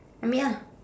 amek ah